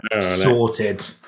sorted